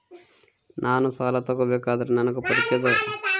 ನಾನು ಸಾಲ ತಗೋಬೇಕಾದರೆ ನನಗ ಪರಿಚಯದವರ ಕಡೆಯಿಂದ ಜಾಮೇನು ಹಾಕಿಸಬೇಕಾ?